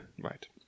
Right